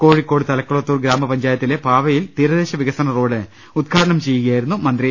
കോഴിക്കോട് തലക്കുളത്തൂർ ഗ്രാമപഞ്ചായത്തിലെ പാവയിൽ തീരദേശ വികസന റോഡ് ഉദ്ഘാടനം ചെയ്യുകയാ യിരുന്നു മന്ത്രി